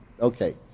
Okay